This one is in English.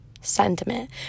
sentiment